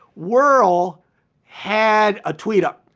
world had a tweet up.